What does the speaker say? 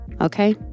okay